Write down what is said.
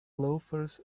loafers